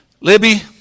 Libby